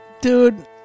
Dude